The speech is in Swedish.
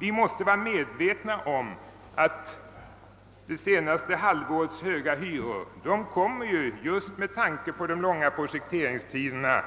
Vi måste vara medvetna om att det senaste halvårets höga hyror med tanke på de långa projekteringstiderna